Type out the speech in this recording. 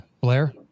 Blair